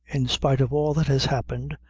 in spite of all that has happened,